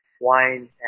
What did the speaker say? wine